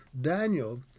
Daniel